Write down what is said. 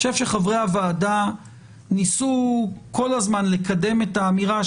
אני חושב שחברי הוועדה ניסו כל הזמן לקדם את האמירה,